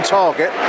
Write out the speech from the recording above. target